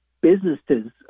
businesses